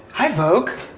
hi vogue,